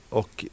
och